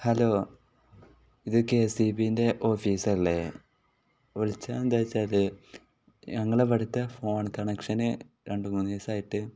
hello ഇത് K S E ബീൻ്റെ ഓഫീസല്ലേ വിളിച്ചത് എന്താ വെച്ചാൽ ഞങ്ങളുടെ അവിടുത്തെ ഫോൺ കണക്ഷൻ രണ്ടു മൂന്ന് ദിവസമായിട്ട്